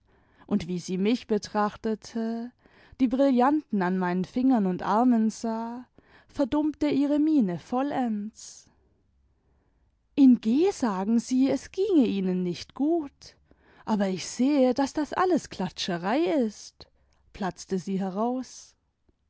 und wie sie mich betrachtete die brillanten an meinen fingern und armen sah verdummte ihre miene vollends in g sagen sie e ginge ihnen nicht gut aber ich sehe daß das alles klatscherei ist platzte sie heraus